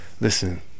listen